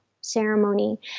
ceremony